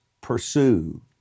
Pursue